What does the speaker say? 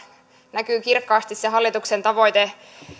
näkyy kirkkaasti se hallituksen tavoite